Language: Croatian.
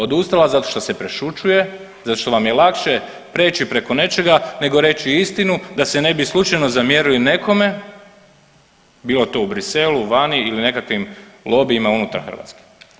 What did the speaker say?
Odustala zato što se prešućuje, zato što vam je lakše preći preko nečega nego reći istinu da se ne bi slučajno zamjerili nekome bilo to u Bruxellesu, vani ili nekakvim lobijima unutar Hrvatske.